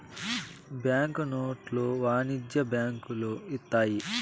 bank నోట్లు వాణిజ్య బ్యాంకులు ఇత్తాయి